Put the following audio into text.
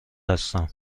هستم